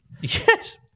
yes